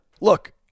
look